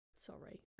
Sorry